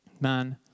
man